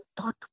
thought